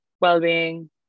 well-being